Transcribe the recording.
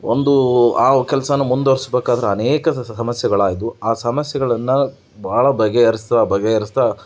ಒಂದು ಆ ಕೆಲಸನ ಮುಂದುವರ್ಸ್ಬೇಕಾದ್ರೆ ಅನೇಕ ಸಮಸ್ಯೆಗಳಾದವು ಆ ಸಮಸ್ಯೆಗಳನ್ನು ಭಾಳ ಬಗೆಹರಿಸ್ತಾ ಬಗೆಹರಿಸ್ತಾ